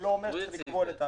זה לא אומר שצריך לכבול את ה